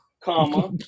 comma